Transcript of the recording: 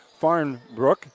Farnbrook